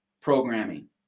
programming